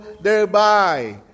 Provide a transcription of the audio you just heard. thereby